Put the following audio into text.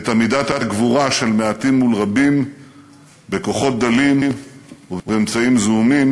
את עמידת הגבורה של מעטים מול רבים בכוחות דלים ובאמצעים זעומים,